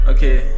Okay